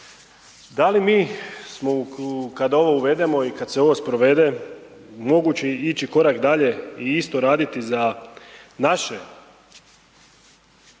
Da li mi smo kad ovo uvedemo i kad se ovo sprovede, moguće ići korak dalje i isto raditi za naše,